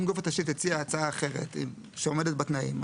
אם גוף התשתית הציע הצעה אחרת שעומדת בתנאים,